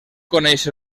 coneix